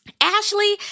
Ashley